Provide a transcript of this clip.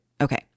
Okay